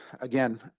again